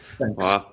Thanks